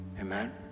Amen